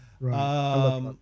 Right